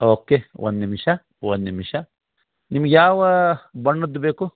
okay ಒಂದು ನಿಮಿಷ ಒಂದು ನಿಮಿಷ ನಿಮ್ಗೆ ಯಾವ ಬಣ್ಣದ್ದು ಬೇಕು